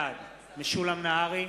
בעד משולם נהרי,